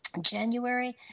January